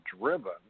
driven